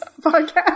podcast